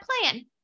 plan